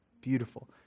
Beautiful